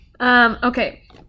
Okay